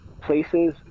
places